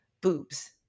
boobs